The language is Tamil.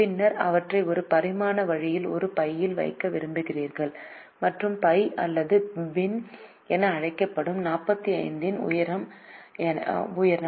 பின்னர் அவற்றை ஒரு பரிமாண வழியில் ஒரு பையில் வைக்க விரும்புகிறீர்கள் மற்றும் பை அல்லது பின் என அழைக்கப்படும் 45 இன் உயரம்